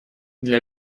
для